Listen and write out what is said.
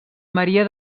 maria